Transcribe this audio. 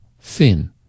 thin